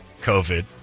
COVID